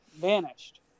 vanished